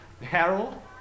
Harold